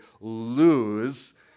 lose